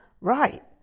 Right